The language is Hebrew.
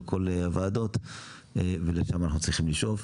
כל הוועדות ולשם אנחנו צריכים לשאוף.